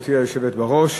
גברתי היושבת בראש,